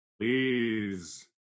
Please